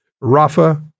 Rafa